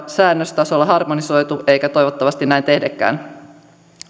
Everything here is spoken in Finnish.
säännöstasolla harmonisoitu eikä toivottavasti näin tehdäkään